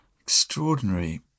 Extraordinary